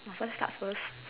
must I start first